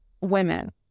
women